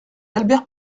albert